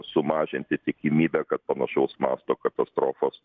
sumažinti tikimybę kad panašaus masto katastrofos